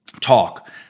talk